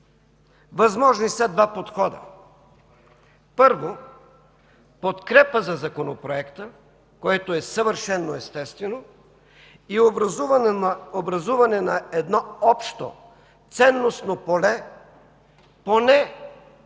Възможни са два подхода. Първо, подкрепа за Законопроекта, което е съвършено естествено, и образуване на едно общо ценностно поле поне между